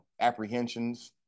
apprehensions